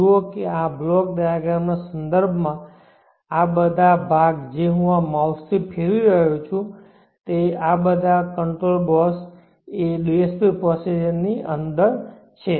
જુઓ કે આ બ્લોક ડાયાગ્રામના સંદર્ભમાં આ બધા ભાગ જે હું આ માઉસથી ફેરવી રહ્યો છું આ બધા ભાગ કંટ્રોલ કોર્ડ DSP પ્રોસેસરની અંદર છે